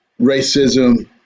racism